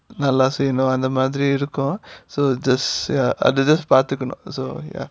நல்ல சேர்ந்தோம் அந்த மாதிரி இருக்கும்:nalla sernthom antha maathiri irukkum so just ya அது பார்த்துக்கணும்:athu paarthukkanum so ya